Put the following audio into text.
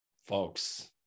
folks